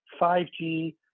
5G